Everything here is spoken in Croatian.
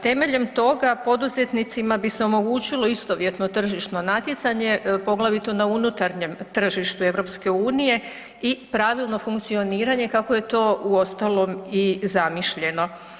Temeljem toga, poduzetnicima bi se omogućili istovjetno tržišno natjecanje, poglavito na unutarnjem tržištu EU-a i pravilno funkcioniranje kako je to u ostalom i zamišljeno.